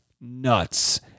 nuts